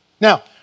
Now